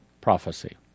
PROPHECY